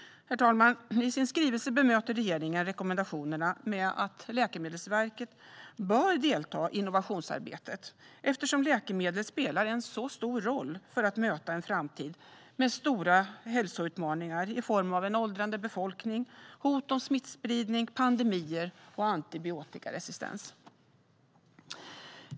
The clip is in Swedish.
Herr talman! I sin skrivelse bemöter regeringen rekommendationerna med att Läkemedelsverket bör delta i innovationsarbetet eftersom läkemedel spelar en stor roll för att möta en framtid med stora hälsoutmaningar i form av en åldrande befolkning, hot om smittspridning, pandemier och antibiotikaresistens.